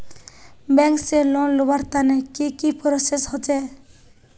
Bank से loan लुबार तने की की प्रोसेस होचे?